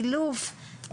אילוף,